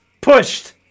Pushed